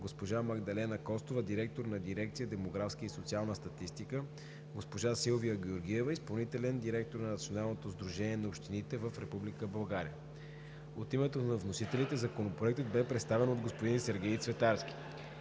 госпожа Магдалена Костова – директор на дирекция „Демографска и социална статистика“; госпожа Силвия Георгиева – изпълнителен директор на Националното сдружение на общините в Република България. От името на вносителите Законопроектът бе представен от господин Сергей Цветарски.